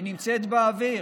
היא נמצאת באוויר.